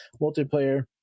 multiplayer